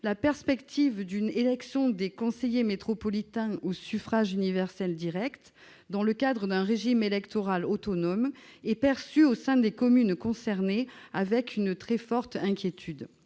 la perspective d'une élection des conseillers métropolitains au suffrage universel direct dans le cadre d'un régime électoral autonome est perçue au sein des communes concernées avec une très forte inquiétude.